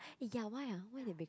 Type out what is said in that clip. ya why ah why they break up